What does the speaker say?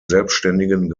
selbständigen